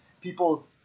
people